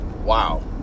wow